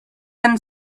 and